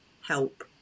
help